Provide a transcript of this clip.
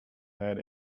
that